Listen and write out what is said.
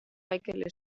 michael